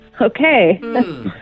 Okay